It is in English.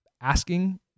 asking